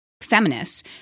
feminists